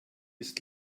ist